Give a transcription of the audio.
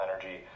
energy